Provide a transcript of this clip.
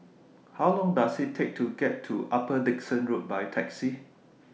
How Long Does IT Take to get to Upper Dickson Road By Taxi